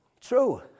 True